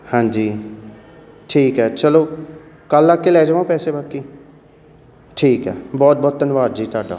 ਹਾਂਜੀ ਠੀਕ ਹੈ ਚਲੋ ਕੱਲ੍ਹ ਆ ਕੇ ਲੈ ਜਾਵਾਂ ਪੈਸੇ ਬਾਕੀ ਠੀਕ ਹੈ ਬਹੁਤ ਬਹੁਤ ਧੰਨਵਾਦ ਜੀ ਤੁਹਾਡਾ